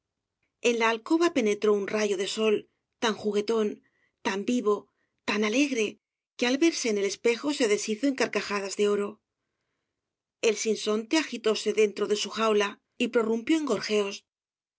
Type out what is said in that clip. la alcoba penetró un no obras de valle inclan rayo de sol tan juguetón tan vivo tan alegre f que al verse en el espejo se deshizo en carcajadas de oro el sinsonte agitóse dentro de su jaula y prorrumpió en gorjeos